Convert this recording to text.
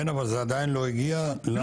כן, אבל זה עדיין לא הגיע לוועדה הגיאוגרפית.